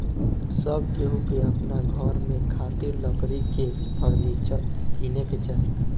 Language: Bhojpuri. सब केहू के अपना घर में खातिर लकड़ी के फर्नीचर किने के चाही